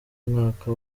mwaka